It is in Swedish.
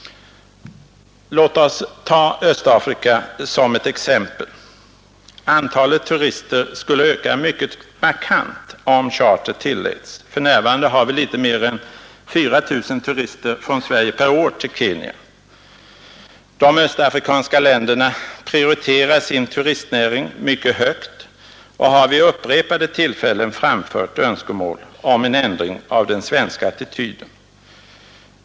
Låt oss ta Östafrika som ett exempel. Antalet turister skulle öka mycket markant om charterflyg dit tilläts. För närvarande är antalet turister från Sverige till Kenya litet mer än 4 000 per år. De östafrikanska länderna prioriterar sin turistnäring mycket högt och har vid upprepade tillfällen framfört önskemål om en ändring av den svenska attityden.